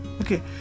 Okay